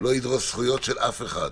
של אף אחד.